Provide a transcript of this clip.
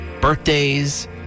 Birthdays